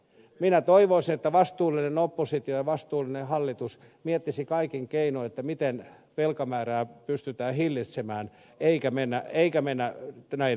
minä toivoisin että vastuullinen oppositio ja vastuullinen hallitus miettisivät kaikin keinoin miten velkamäärää pystytään hillitsemään eikä mennä näin eteenpäin